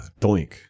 Doink